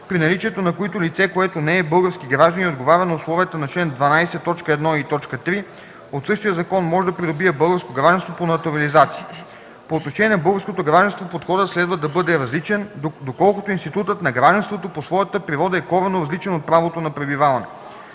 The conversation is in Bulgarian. при наличието на които лице, което не е български гражданин и отговаря на условията на чл. 12, т. 1 и т. 3 от същия закон, може да придобие българско гражданство по натурализация. По отношение на българското гражданство подходът следва да бъде различен, доколкото институтът на гражданството по своята природа е коренно различен от правото на пребиваване.